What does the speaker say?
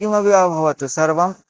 किमपि वा भवतु सर्वम्